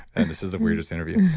and this is the weirdest interview.